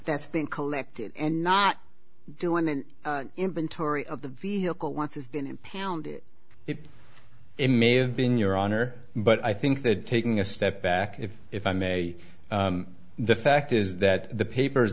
that's been collected and not doing an inventory of the vehicle once it's been impounded it may have been your honor but i think that taking a step back if if i may the fact is that the papers